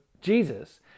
Jesus